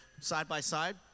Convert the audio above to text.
side-by-side